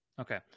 okay